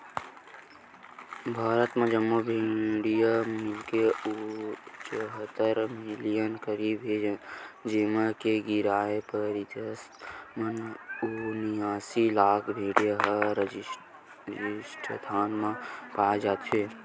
भारत म सब्बो भेड़िया मिलाके चउहत्तर मिलियन करीब हे जेमा के गियारा परतिसत माने उनियासी लाख भेड़िया ह राजिस्थान म पाए जाथे